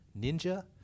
ninja